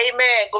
Amen